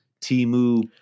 timu